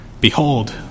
Behold